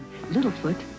Littlefoot